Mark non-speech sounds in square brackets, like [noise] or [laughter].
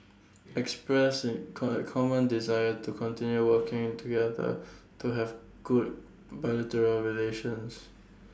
expressing [unintelligible] common desire to continue working together to have good bilateral relations